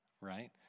right